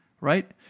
Right